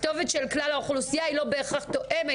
הכתובת של כללה אוכלוסייה לא בהכרח תואמת